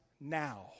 now